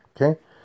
Okay